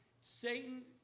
Satan